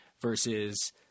versus